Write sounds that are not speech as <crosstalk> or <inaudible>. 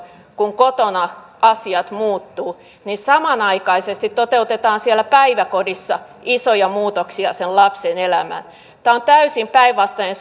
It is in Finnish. kun kotona asiat muuttuvat samanaikaisesti toteutetaan siellä päiväkodissa isoja muutoksia lapsen elämään tämä on täysin päinvastainen <unintelligible>